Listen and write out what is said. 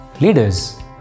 Leaders